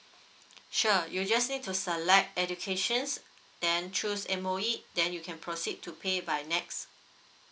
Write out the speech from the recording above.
sure you just need to select educations then choose M_O_E then you can proceed to pay by next